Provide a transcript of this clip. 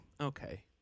Okay